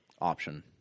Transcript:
option